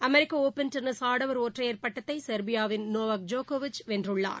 அமெிக்கஒப்பன் tennis ஆடவர் ஒற்றையர் பட்டத்தைசெர்பியாவின் நேவாக் ஜோக்கோவிச் வென்றுள்ளார்